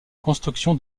construction